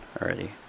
already